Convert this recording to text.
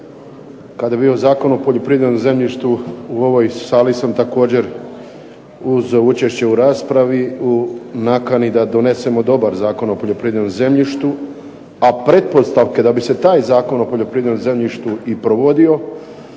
Kada ja bio Zakon o poljoprivrednom zemljištu u ovoj sali sam također uz učešće u raspravi, u nakani da donesemo dobar Zakon o poljoprivrednom zemljištu, a pretpostavke da bi se taj Zakon o poljoprivrednom zemljištu i provodio